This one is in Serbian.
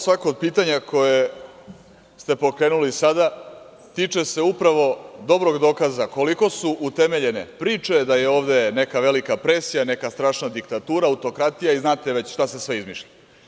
Bukvalno svako od pitanja koje ste pokrenuli sada tiče se upravo dobrog dokaza koliko su utemeljene priče da je ovde neka velika presija, neka strašna diktatura, autokratija i znate već šta se sve izmišlja.